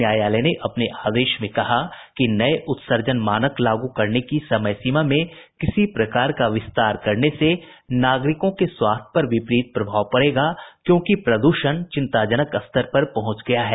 न्यायालय ने अपने आदेश में कहा कि नये उत्सर्जन मानक लागू करने की समय सीमा में किसी प्रकार का विस्तार करने से नागरिकों के स्वास्थ्य पर विपरीत प्रभाव पड़ेगा क्योंकि प्रद्षण चिंताजनक स्तर पर पहुंच गया है